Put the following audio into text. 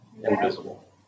invisible